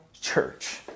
church